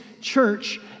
church